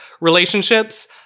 relationships